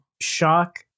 shock